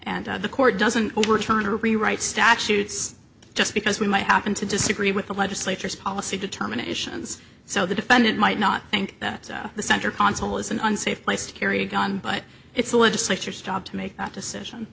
and the court doesn't overturn or rewrite statutes just because we might happen to disagree with the legislature's policy determinations so the defendant might not think that the center console is an unsafe place to carry a gun but it's a legislature's job to make that decision